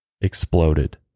exploded